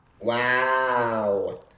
Wow